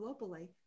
globally